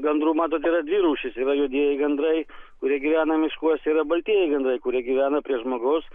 gandrų matot yra dvi rūšys yra juodieji gandrai kurie gyvena miškuose yra baltieji gandrai kurie gyvena prie žmogaus